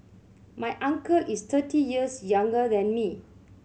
my uncle is thirty years younger than me